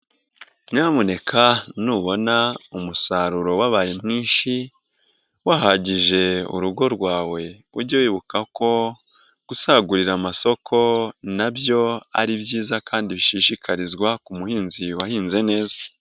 Nyamuneka nubona umusaruro wabaye mwinshi, wahagije urugo rwawe, ujye wibuka ko gusagurira amasoko na byo ari byiza kandi bishishikarizwa ku buhinzi wahinze neza.